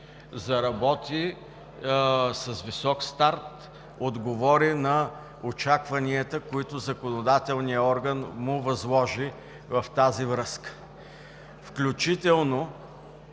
Заработи с висок старт, отговори на очакванията, които законодателният орган му възложи в тази връзка. Включително